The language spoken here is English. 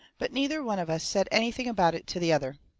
but neither one of us said anything about it to the other.